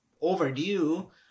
overdue